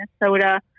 Minnesota